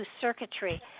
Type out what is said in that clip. circuitry